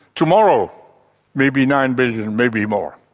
tomorrow maybe nine billion, and maybe more,